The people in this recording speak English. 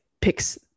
picks